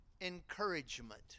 encouragement